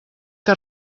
que